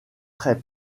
très